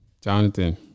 Jonathan